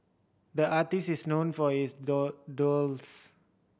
the artist is known for his door